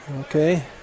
Okay